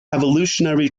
evolutionary